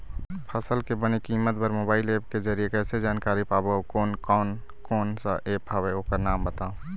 फसल के बने कीमत बर मोबाइल ऐप के जरिए कैसे जानकारी पाबो अउ कोन कौन कोन सा ऐप हवे ओकर नाम बताव?